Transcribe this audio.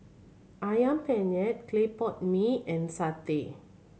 Ayam Penyet clay pot mee and satay